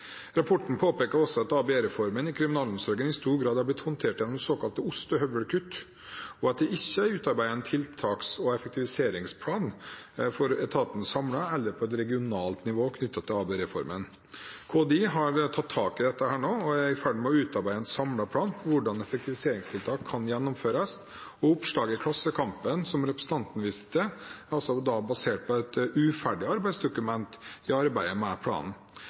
Rapporten påpeker også at ABE-reformen i kriminalomsorgen i stor grad har blitt håndtert gjennom såkalte ostehøvelkutt, og at det ikke er utarbeidet en tiltaks- og effektiviseringsplan for etaten samlet eller på regionalt nivå knyttet til ABE-reformen. KDI har nå tatt tak i dette og er i ferd med å utarbeide en samlet plan for hvordan effektiviseringstiltak kan gjennomføres. Oppslaget i Klassekampen som representanten viser til, er basert på et uferdig arbeidsdokument i arbeidet med planen.